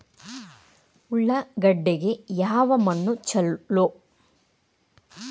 ಉಳ್ಳಾಗಡ್ಡಿಗೆ ಯಾವ ಮಣ್ಣು ಛಲೋ?